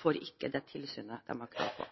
får ikke det tilsynet de har krav på.